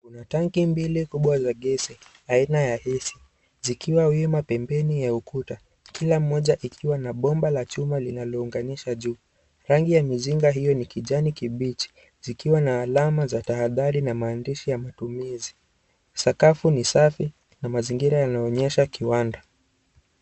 Kuna tanki mbili kubwa za gesi aina ya gesi zikiwa wima pembeni ya ukuta kila moja likiwa na bomba la chuma linalounganisha juu, rangi ya mizinga hiyo ni ya kijani kibichi zikiwa na alama za tahadhari za maandishi ya matumizi sakafu ni safi na mazingira yanaonyesha kiwanda.